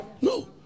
No